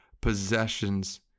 possessions